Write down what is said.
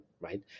right